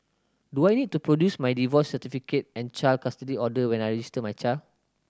do I need to produce my divorce certificate and child custody order when I register my child